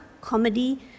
comedy